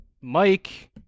Mike